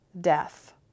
death